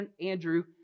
Andrew